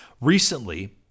Recently